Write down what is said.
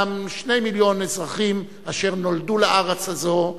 גם 2 מיליון אזרחים אשר נולדו לארץ הזאת,